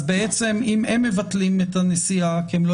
אז אם הם מבטלים את הנסיעה כי הם לא